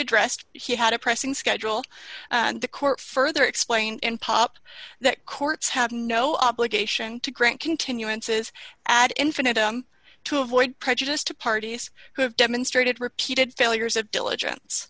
addressed he had a pressing schedule the court further explained in pop that courts have no obligation to grant continuances ad infinitum to avoid prejudice to parties who have demonstrated repeated failures of diligence